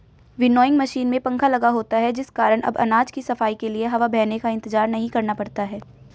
winnowing machine में पंखा लगा होता है जिस कारण अब अनाज की सफाई के लिए हवा बहने का इंतजार नहीं करना पड़ता है